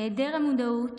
היעדר המודעות